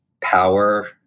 power